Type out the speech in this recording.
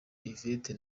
yvette